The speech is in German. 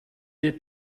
der